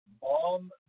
bomb